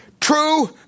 True